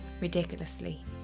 ridiculously